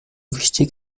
wichtig